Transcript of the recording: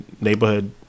neighborhood